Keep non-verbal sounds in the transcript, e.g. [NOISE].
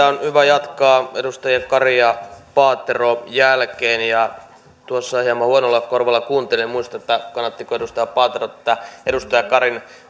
[UNINTELLIGIBLE] on hyvä jatkaa edustajien kari ja paatero jälkeen tuossa hieman huonolla korvalla kuuntelin en muista kannattiko edustaja paatero tätä edustaja karin